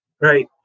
Right